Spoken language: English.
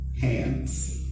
hands